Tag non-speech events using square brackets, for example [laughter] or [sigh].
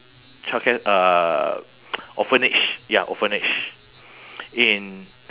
childcare uh [noise] orphanage ya orphanage in